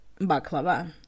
baklava